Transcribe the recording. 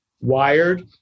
wired